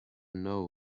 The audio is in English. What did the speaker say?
know